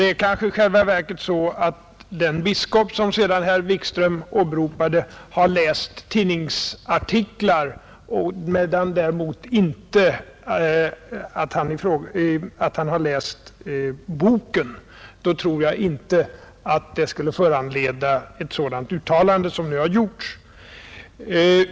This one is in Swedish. Det är kanske i själva verket så att den biskop som herr Wikström åberopade har läst tidningsartiklar men däremot inte boken. Jag tror nämligen inte att boken skulle kunna föranleda ett sådant uttalande som nu har gjorts.